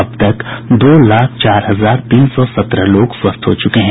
अब तक दो लाख चार हजार तीन सौ सत्रह लोग स्वस्थ हो चुके हैं